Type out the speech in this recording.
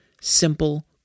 simple